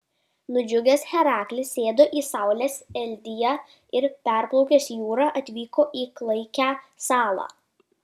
nudžiugęs heraklis sėdo į saulės eldiją ir perplaukęs jūrą atvyko į klaikią salą